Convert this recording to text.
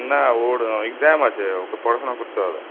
না ওর এক্সাম আছে ওকে পড়াশোনা করতে হবে